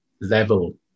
level